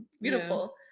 beautiful